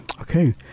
Okay